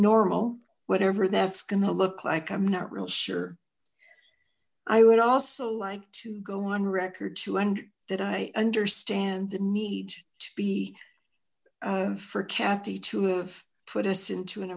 normal whatever that's going to look like i'm not real sure i would also like to go on record too and that i understand the need to be for cathy to have put us into an